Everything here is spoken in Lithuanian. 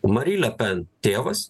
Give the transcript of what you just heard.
mary lepen tėvas